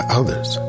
others